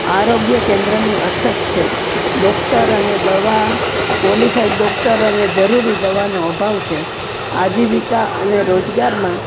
આરોગ્ય કેન્દ્રની અછત છે ડૉક્ટર અને દવા કોલિફાઇડ ડોકટર અને જરૂરી દવાનો અભાવ છે આજીવિકા અને રોજગારમાં